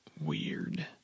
weird